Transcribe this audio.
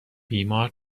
بیمار